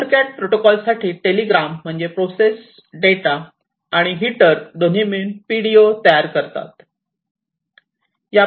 EtherCAT protocol साठी telegram म्हणजे process data आणि हिटर दोन्ही मिळून PDO तयार करतात